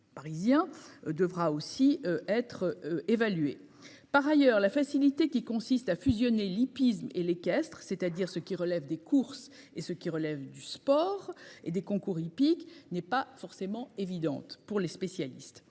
Parisien devra aussi être évaluée par ailleurs la facilité qui consiste à fusionner l'hippisme et l'équestre, c'est-à-dire ce qui relève des courses et ce qui relève du sport et des concours hippiques n'est pas forcément évidente pour les spécialistes,